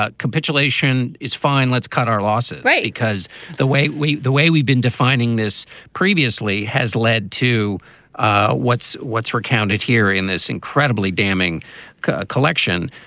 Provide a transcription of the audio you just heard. ah capitulation is fine, let's cut our losses. because the way we the way we've been defining this previously has led to ah what's what's recounted here in this incredibly damning collection.